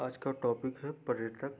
आज का टॉपिक है पर्यटक